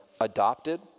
adopted